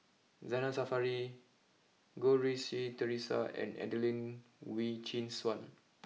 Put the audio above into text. Zainal Sapari Goh Rui Si Theresa and Adelene Wee Chin Suan